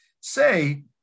say